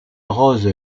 rose